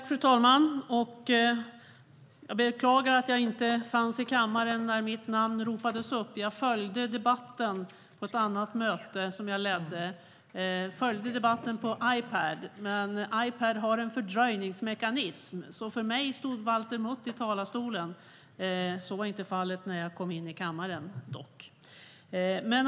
Fru talman! Jag beklagar att jag inte fanns i kammaren när mitt namn ropades upp. Jag ledde ett annat möte, men jag följde debatten på min ipad. Den har en fördröjningsmekanism, så för mig stod Valter Mutt i talarstolen. Så var dock inte fallet när jag kom i in i kammaren.